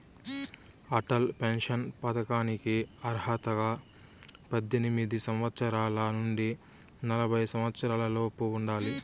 Atal pension పథకానికి అర్హతగా పద్దెనిమిది సంవత్సరాల నుండి నలభై సంవత్సరాలలోపు ఉండాలి